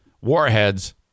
warheads